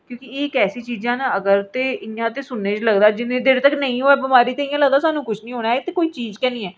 क्यूंकि एह् इक ऐसी चीजां न अगर ते सुनने च लगदा जिन्ने देर तक नेईं होए बीमारी ते इ'यां लगदा कि स्हानूं कुछ नीं होना ऐ एह् ते कोई चीज गै नेईं ऐ